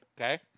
Okay